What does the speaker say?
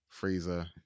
Frieza